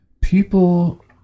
people